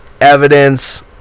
Evidence